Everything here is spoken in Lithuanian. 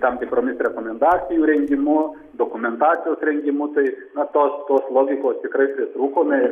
tam tikromis rekomendacijų rengimu dokumentacijos rengimu tai na tos tos logikos tikrai pritrūko na ir